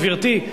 גברתי.